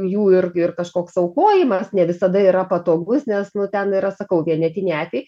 jų ir ir kažkoks aukojimas ne visada yra patogus nes nu ten yra sakau vienetiniai atvejai